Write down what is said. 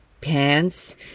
pants